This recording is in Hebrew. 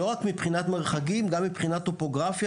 לא רק מבחינת מרחקים אלא גם מבחינת טופוגרפיה